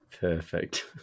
perfect